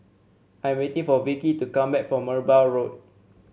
I am waiting for Vickey to come back from Merbau Road